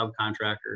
subcontractor